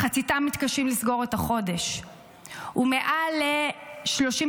מחציתם מתקשים לסגור את החודש ומעל 36,000